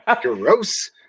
Gross